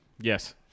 Yes